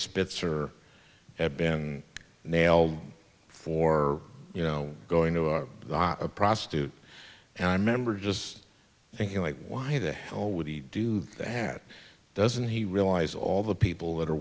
spitzer had been nailed for you know going to a prostitute and i remember just thinking like why the hell would he do that doesn't he realize all the people that are